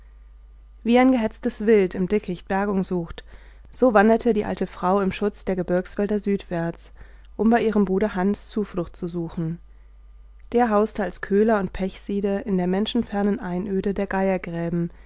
wie ein gehetztes wild im dickicht bergung sucht so wanderte die alte frau im schutz der gebirgswälder südwärts um bei ihrem bruder hans zuflucht zu suchen der hauste als köhler und pechsieder in der menschenfernen einöde der